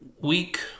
week